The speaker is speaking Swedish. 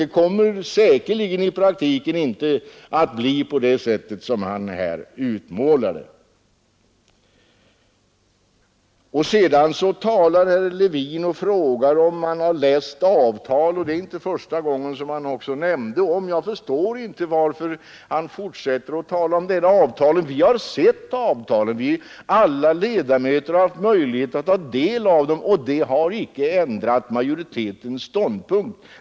Det kommer säkerligen i praktiken inte att bli på det sätt som han här utmålade. Sedan frågar herr Levin om vi har läst avtalen, och det är inte första gången han nämner dem. Jag förstår inte varför han fortsätter att tala om de här avtalen. Vi har sett avtalen, alla ledamöter har haft möjlighet att ta del av dem, och det har icke ändrat majoritetens ståndpunkt.